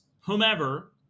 whomever